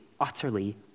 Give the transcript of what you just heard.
utterly